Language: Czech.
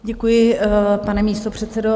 Děkuji, pane místopředsedo.